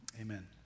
Amen